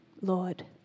Lord